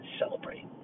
celebrate